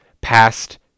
past